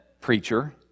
preacher